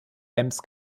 ems